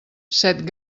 set